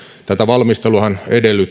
tätä valmisteluahan